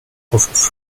auf